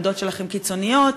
העמדות שלכם קיצוניות.